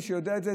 מי שיודע את זה,